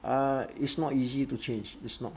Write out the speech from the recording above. uh it's not easy to change it's not